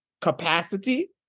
capacity